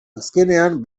azkenean